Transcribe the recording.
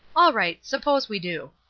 all right suppose we do.